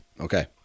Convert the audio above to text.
okay